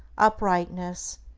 uprightness,